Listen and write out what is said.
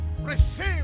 Receive